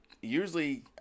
usually